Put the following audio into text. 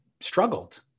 struggled